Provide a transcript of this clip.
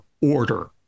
order